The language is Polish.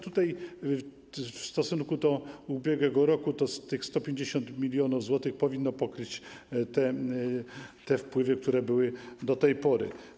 Tutaj w stosunku do ubiegłego roku to z tych 150 mln zł powinno pokryć te wpływy, które były do tej pory.